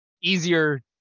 easier